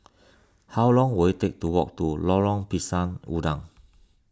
how long will it take to walk to Lorong Pisang Udang